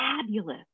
Fabulous